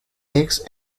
axe